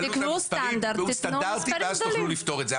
תקבעו סטנדרטים ואז תוכלו לפתור את זה.